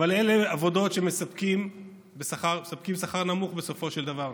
אבל אלה עבודות שמספקות שכר נמוך, בסופו של דבר.